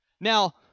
Now